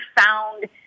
found